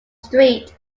street